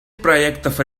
проектов